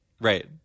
Right